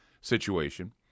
situation